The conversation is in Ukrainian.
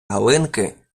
галинки